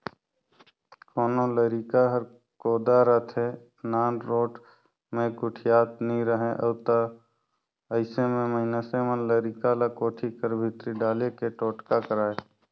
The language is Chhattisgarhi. कोनो लरिका हर कोदा रहथे, नानरोट मे गोठियात नी रहें उ ता अइसे मे मइनसे मन लरिका ल कोठी कर भीतरी डाले के टोटका करय